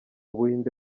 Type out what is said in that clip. buhinde